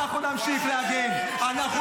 --- איזו